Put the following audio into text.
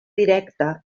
directa